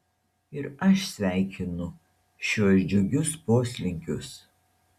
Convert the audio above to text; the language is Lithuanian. ir aš sveikinu šiuos džiugius poslinkius